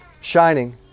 shining